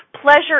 Pleasure